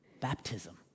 baptism